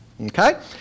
Okay